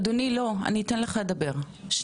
הדיון היום נועד כדי לבקש משרת הפנים איילת